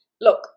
look